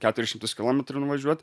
keturis šimtus kilometrų nuvažiuot